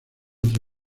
otra